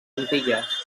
antilles